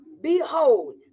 Behold